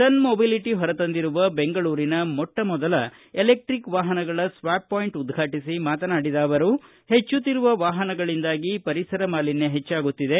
ಸನ್ Mobility ಹೊರತಂದಿರುವ ಬೆಂಗಳೂರಿನ ಮೊಟ್ಟಮೊದಲ ಎಲೆಟ್ಟಿಕ್ ವಾಹನಗಳ ಸ್ವಾಷ್ ಪಾಯಿಂಟ್ ಉದ್ಘಾಟಿಸಿ ಮಾತನಾಡಿದ ಅವರು ಹೆಚ್ಚುತ್ತಿರುವ ವಾಪನಗಳಿಂದಾಗಿ ಪರಿಸರ ಮಾಲಿನ್ಯ ಹೆಚ್ಚಾಗುತ್ತಿದೆ